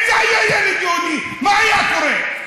אם זה היה ילד יהודי, מה היה קורה?